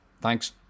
Thanks